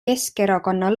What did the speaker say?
keskerakonna